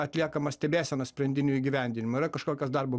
atliekamas stebėsenos sprendinių įgyvendinimo yra kažkokios darbo